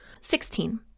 Sixteen